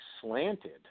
slanted